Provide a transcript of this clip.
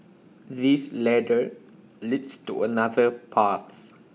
this ladder leads to another path